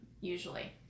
usually